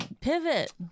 pivot